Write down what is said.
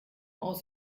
aus